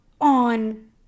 on